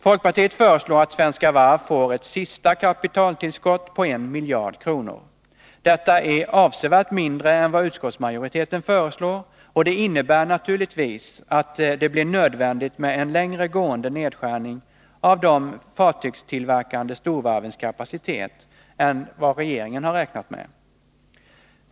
Folkpartiet föreslår att Svenska Varv får ett sista kapitaltillskott på 1 miljard kronor. Detta är avsevärt mindre än vad utskottsmajoriteten föreslår, och det innebär naturligtvis att det blir nödvändigt med en längre gående nedskärning av de fartygstillverkande storvarvens kapacitet än vad regeringen har räknat med.